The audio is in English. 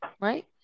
Right